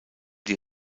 die